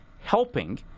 helping